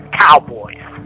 cowboys